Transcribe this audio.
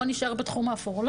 בואו נישאר בתחום האפור.